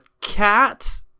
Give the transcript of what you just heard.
cat